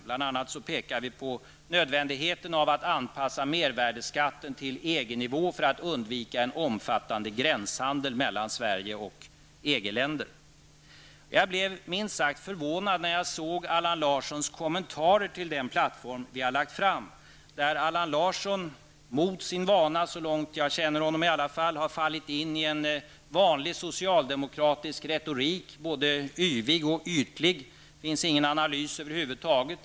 Vi pekar bl.a. på nödvändigheten av att anpassa mervärdeskatten till EG-nivå för att undvika en omfattande gränshandel mellan Sverige och EG Jag blev minst sagt förvånad när jag såg Allan Larssons kommentarer till den plattform vi har lagt fram. Allan Larsson har där mot sin vana -- så långt jag känner honom -- fallit in i en vanlig socialdemokratisk retorik, både yvig och ytlig. Det finns ingen analys över huvud taget.